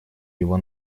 его